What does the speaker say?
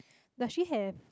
does she have